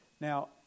Now